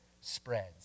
spreads